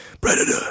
Predator